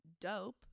dope